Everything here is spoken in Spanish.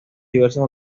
diversas